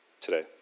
today